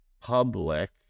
public